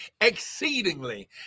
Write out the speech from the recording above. exceedingly